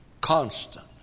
Constant